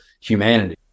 humanity